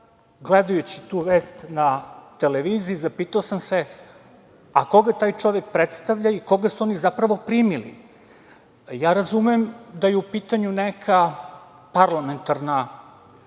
gledajući tu vest na televiziji, zapitao sam se – koga taj čovek predstavlja i koga su oni zapravo primili? Razumem da je u pitanju neka parlamentarna